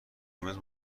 امروز